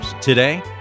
Today